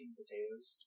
potatoes